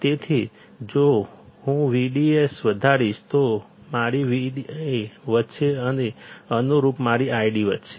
તેથી જો હું VDS વધારીશ તો મારી VD વધશે અને અનુરૂપ મારી ID વધશે